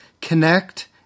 Connect